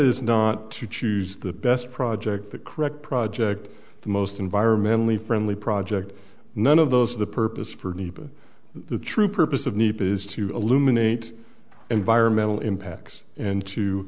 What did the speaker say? not to choose the best project the correct project the most environmentally friendly project none of those are the purpose for anybody the true purpose of need is to eliminate environmental impacts and to